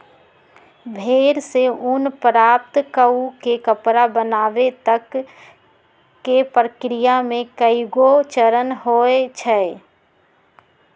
भेड़ से ऊन प्राप्त कऽ के कपड़ा बनाबे तक के प्रक्रिया में कएगो चरण होइ छइ